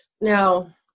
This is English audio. Now